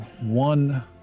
one